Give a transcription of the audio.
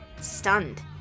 stunned